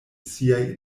siaj